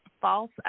false